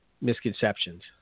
misconceptions